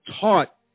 taught